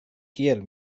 kiel